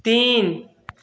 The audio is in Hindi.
तीन